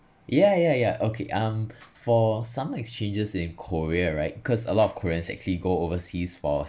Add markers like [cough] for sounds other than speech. ya ya ya okay um [noise] for summer exchanges in korea right because a lot [noise] of korean actually go overseas for